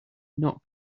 not